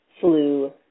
flu